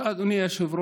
תודה, אדוני היושב-ראש.